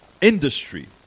industry